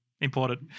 Important